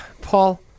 paul